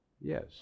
Yes